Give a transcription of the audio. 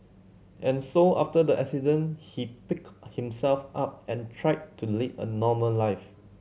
and so after the accident he picked himself up and tried to lead a normal life